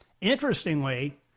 Interestingly